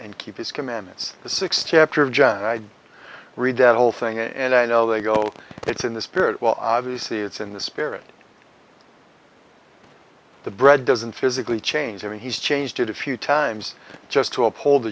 and keep his commandments the six chapter of john i read the whole thing and i know they go it's in the spirit well obviously it's in the spirit the brad doesn't physically change i mean he's changed it a few times just to uphold